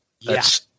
Yes